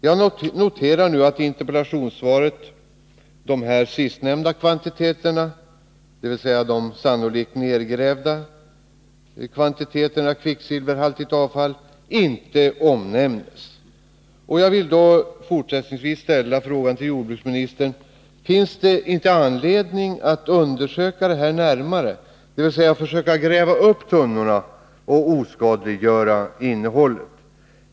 Jag noterar att dessa sistnämnda kvantiteter, de sannolikt nergrävda, inte omnämns i interpellationssvaret. Jag vill därför ställa frågan till jordbruksministern: Finns det inte anledning att undersöka detta närmare, dvs. gräva upp tunnorna och oskadliggöra innehållet?